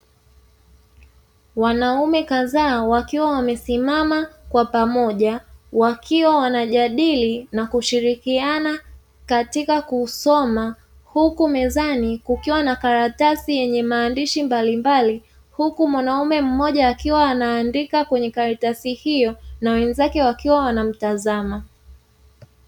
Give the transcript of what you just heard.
Wanaume kadhaa wakiwa wamesimama kwa pamoja wakiwa wanajadili na kushirikiana katika kusoma, huku mezani kukiwa na karatasi yenye maandishi mbalimbali, huku mwanamume mmoja akiwa anaandika kwenye karatasi hiyo na wenzake wakiwa wanamtazama.